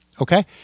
Okay